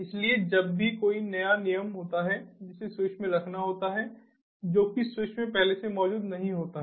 इसलिए जब भी कोई नया नियम होता है जिसे स्विच में रखना होता है जो कि स्विच में पहले से मौजूद नहीं होता है